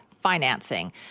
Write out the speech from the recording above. financing